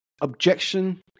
Objection